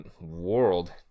world